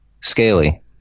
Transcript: scaly